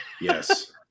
Yes